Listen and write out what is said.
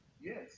Yes